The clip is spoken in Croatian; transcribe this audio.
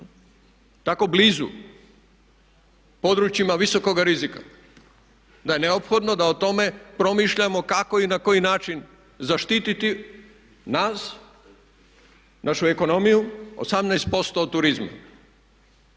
tako blizu područjima visokoga rizika. Da je neophodno da o tome promišljamo kako i na koji način zaštiti nas, našu ekonomiju, 18% od turizma.